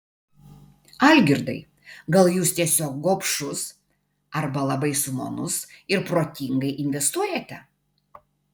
algirdai gal jūs tiesiog gobšus arba labai sumanus ir protingai investuojate